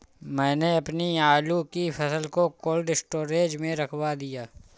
मैंने अपनी आलू की फसल को कोल्ड स्टोरेज में रखवा दिया